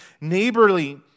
neighborly